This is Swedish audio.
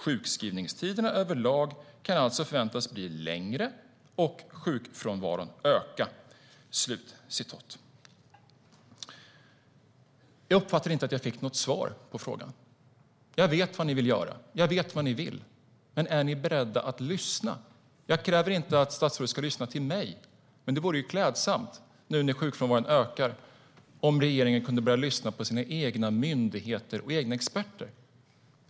Sjukskrivningstiderna överlag kan alltså förväntas bli längre och sjukfrånvaron öka. Jag uppfattar inte att jag fick något svar på frågan. Jag vet vad ni vill göra. Jag vet vad ni vill. Men är ni beredda att lyssna? Jag kräver inte att statsrådet ska lyssna på mig, men det vore klädsamt nu när sjukfrånvaron ökar om regeringen kunde börja lyssna på sina egna myndigheter och experter.